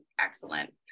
excellent